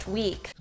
week